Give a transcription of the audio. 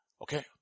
Okay